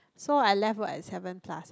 so I left work at seven plus